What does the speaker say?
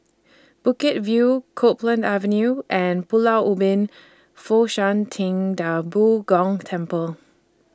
Bukit View Copeland Avenue and Pulau Ubin Fo Shan Ting DA Bo Gong Temple